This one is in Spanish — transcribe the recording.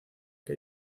que